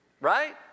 right